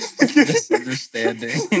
Misunderstanding